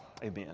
Amen